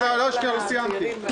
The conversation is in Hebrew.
רק רגע, לא סיימתי.